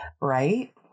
Right